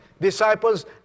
disciples